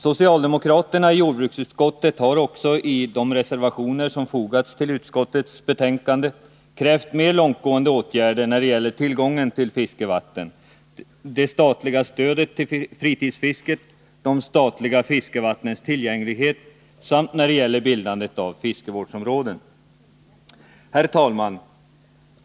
Socialdemokraterna i jordbruksutskottet har också i de reservationer som fogats till utskottets betänkande krävt mer långtgående åtgärder när det gäller tillgång till fiskevatten, det statliga stödet till fritidsfisket, de statliga fiskevattnens tillgänglighet samt när det gäller bildandet av fiskevårdsområden. Herr talman!